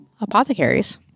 apothecaries